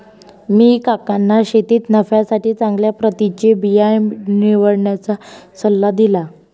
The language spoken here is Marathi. मी काकांना शेतीत नफ्यासाठी चांगल्या प्रतीचे बिया निवडण्याचा सल्ला दिला